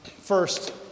First